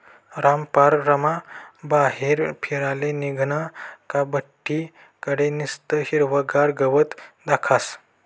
रामपाररमा बाहेर फिराले निंघनं का बठ्ठी कडे निस्तं हिरवंगार गवत दखास